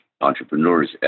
entrepreneurs